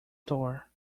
door